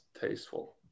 tasteful